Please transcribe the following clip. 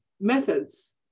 methods